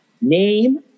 name